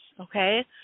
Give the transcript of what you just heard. okay